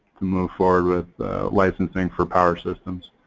to move forward with licensing for power systems.